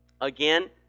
again